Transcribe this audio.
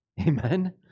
Amen